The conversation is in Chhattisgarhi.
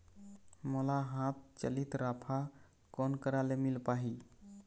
मोला हाथ चलित राफा कोन करा ले मिल पाही?